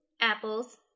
Apples